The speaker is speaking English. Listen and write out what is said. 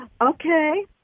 Okay